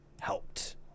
helped